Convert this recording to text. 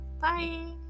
Bye